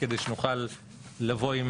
כדי שנוכל לבוא עם